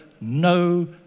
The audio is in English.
No